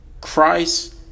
Christ